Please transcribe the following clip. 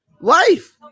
life